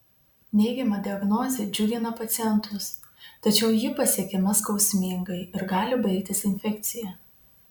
neigiama diagnozė džiugina pacientus tačiau ji pasiekiama skausmingai ir gali baigtis infekcija